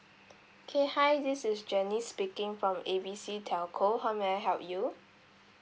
okay hi this is janice speaking from A B C telco how may I help you